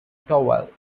towel